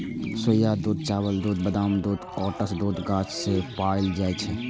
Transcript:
सोया दूध, चावल दूध, बादाम दूध, ओट्स दूध गाछ सं पाओल जाए छै